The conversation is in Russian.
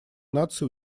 наций